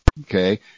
Okay